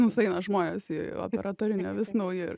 mus eina žmonės į operatorinę vis nauji ir